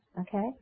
Okay